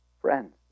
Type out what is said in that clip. Friends